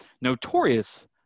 Notorious